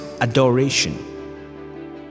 adoration